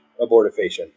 abortifacient